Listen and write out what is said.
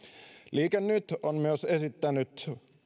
liike nyt on myös esittänyt